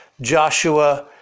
Joshua